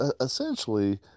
essentially